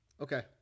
okay